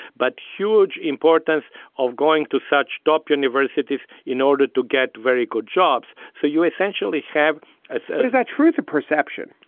but huge importance of going to such top universities in order to get very good jobs. so you essentially have ah so is that truth of perception?